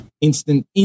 instant